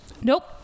Nope